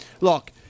Look